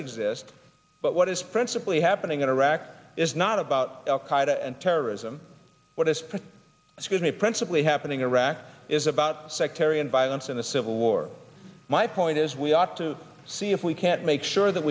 exist but what is principally happening in iraq is not about al qaeda and terrorism what is pretty skinny principally happening in iraq is about sectarian violence in the civil war my point is we ought to see if we can't make sure that